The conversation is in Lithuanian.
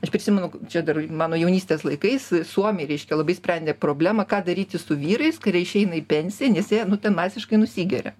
aš prisimenu čia dar mano jaunystės laikais suomiai reiškia labai sprendė problemą ką daryti su vyrais kurie išeina į pensiją nes jie nu ten masiškai nusigeria